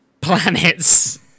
planets